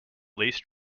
least